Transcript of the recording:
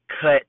cut